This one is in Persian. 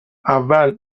اول